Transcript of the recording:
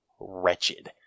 wretched